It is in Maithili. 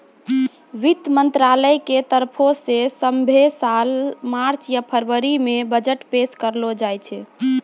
वित्त मंत्रालय के तरफो से सभ्भे साल मार्च या फरवरी मे बजट पेश करलो जाय छै